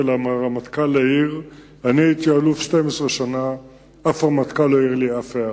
2. מדוע